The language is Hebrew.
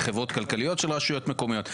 זה חברות כלכליות של רשויות מקומיות.